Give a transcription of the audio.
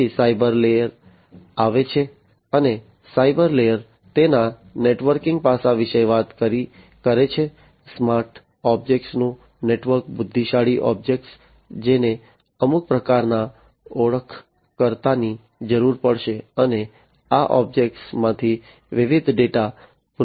પછી cyber layer આવે છે અને સાયબર લેયર તેના નેટવર્કિંગ પાસાં વિશે વાત કરે છે સ્માર્ટ ઑબ્જેક્ટ્સનું નેટવર્ક બુદ્ધિશાળી ઑબ્જેક્ટ્સ જેને અમુક પ્રકારના ઓળખકર્તાની જરૂર પડશે અને આ ઑબ્જેક્ટ્સમાંથી વિવિધ ડેટા પુનઃપ્રાપ્ત કરવામાં આવશે